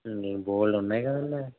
బోలెడు ఉన్నాయి కదండీ